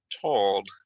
told